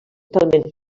totalment